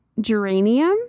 Geranium